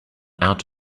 out